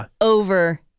over